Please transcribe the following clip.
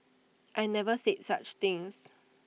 I never said such things